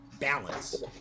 balance